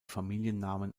familiennamen